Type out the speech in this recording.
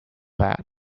that